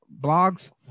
blogs